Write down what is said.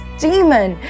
demon